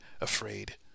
afraid